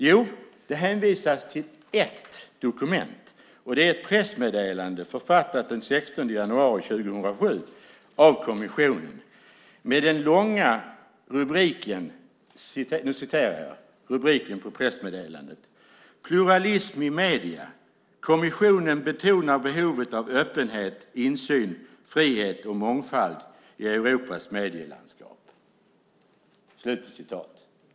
Jo, det hänvisas till ett dokument, nämligen ett pressmeddelande författat den 16 januari 2007 av kommissionen med den långa rubriken "Pluralism i media - kommissionen betonar behovet av öppenhet, insyn, frihet och mångfald i Europas medielandskap".